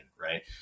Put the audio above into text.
Right